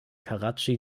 karatschi